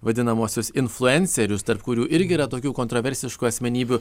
vadinamuosius influencerius tarp kurių irgi yra tokių kontroversiškų asmenybių